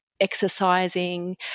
exercising